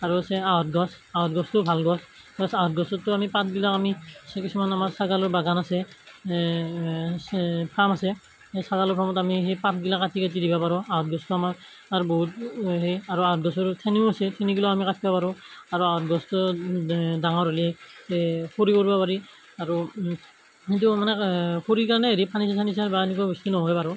আৰু আছে আঁহত গছ আঁহত গছটোও ভাল গছ আঁহত গছতো আমি পাতবিলাক আমি কিছু কিছুমান আমাৰ ছাগালৰ বাগান আছে আছে ফাৰ্ম আছে সেই ছাগালৰ ফাৰ্মত আমি সেই পাতবিলাক কাটি কাটি দিব পাৰো আঁহত গছতো আমাৰ আৰু বহুত হেৰি আৰু আঁহত গছৰ ঠানিও আছে ঠানি বিলাক আমি কাটিব পাৰো আৰু আঁহত গছটো ডাঙৰ হ'লে খৰি কৰিব পাৰি আৰু সেইটো মানে খৰিৰ কাৰণে হেৰি ফাৰ্নিচাৰ চাৰ্নিচাৰ বা এনেকুৱা বস্তু নহয় বাৰু